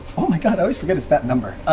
oh my god, i always forget it's that number.